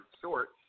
short